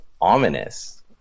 ominous